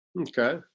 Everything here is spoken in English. Okay